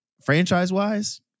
franchise-wise